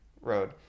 Road